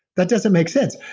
that doesn't make sense.